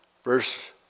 Verse